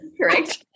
correct